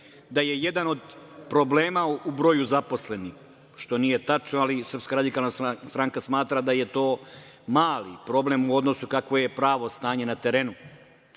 da je jedan od problema u broju zaposlenih, što nije tačno, ali SRS smatra da je to mali problem u odnosu kakvo je pravo stanje na terenu.